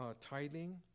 tithing